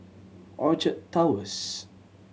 Orchard Towers